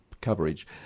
coverage